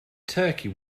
turkey